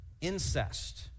incest